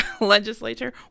legislature